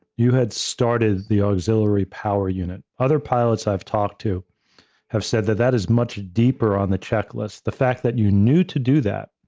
you had started the auxiliary power unit. other pilots i've talked to have said that that is much deeper on the checklist. the fact that you knew to do that,